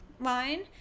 line